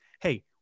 Hey